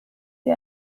sie